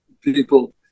People